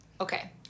Okay